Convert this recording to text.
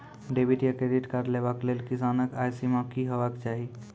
Debit या credit card लेवाक लेल किसानक आय सीमा की हेवाक चाही?